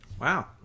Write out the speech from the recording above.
Wow